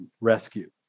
rescue